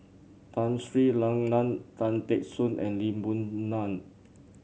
Tun Sri Lanang Tan Teck Soon and Lee Boon Ngan